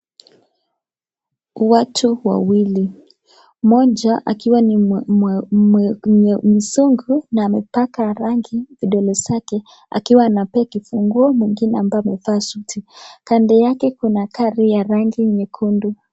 Watu wawili, moja akiwa ni mzungu na amepaka rangi vidole zake akiwa anapea kifunguo mwengine ambaye amevaa suti. Kando yake kuna gari ya rangi nyekundu.